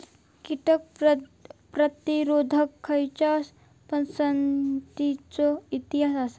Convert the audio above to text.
कीटक प्रतिरोधक खयच्या पसंतीचो इतिहास आसा?